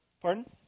Pardon